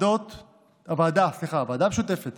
הוועדה המשותפת